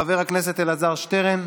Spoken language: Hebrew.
חבר הכנסת אלעזר שטרן,